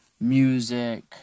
music